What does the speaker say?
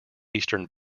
eastern